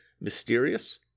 mysterious